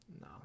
no